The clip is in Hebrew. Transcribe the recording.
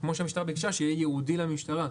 כמו שהמשטרה ביקשה שיהיה ייעודי למשטרה.